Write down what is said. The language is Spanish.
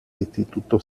instituto